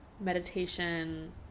meditation